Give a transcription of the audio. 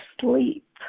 sleep